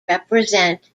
represent